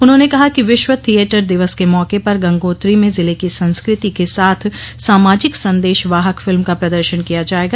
उन्होंने कहा कि विश्व थियेटर दिवस के मौके पर गंगोत्री में जिले की संस्कृति के साथ सामाजिक संदेश वाहक फिल्म का प्रदर्शन किया जायेगा